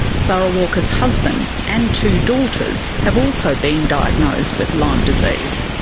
sara walker's husband and two daughters have also been diagnosed with lyme disease.